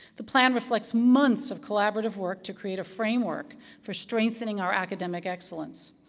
the plan reflects months of collaborative work to create a framework for strengthening our academic excellence.